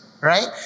right